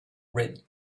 ready